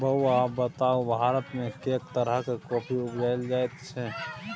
बौआ बताउ भारतमे कैक तरहक कॉफी उपजाएल जाइत छै?